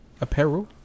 apparel